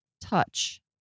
touch